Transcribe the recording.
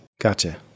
Gotcha